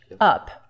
up